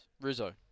Rizzo